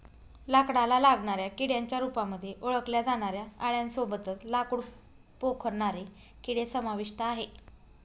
लाकडाला लागणाऱ्या किड्यांच्या रूपामध्ये ओळखल्या जाणाऱ्या आळ्यां सोबतच लाकूड पोखरणारे किडे समाविष्ट आहे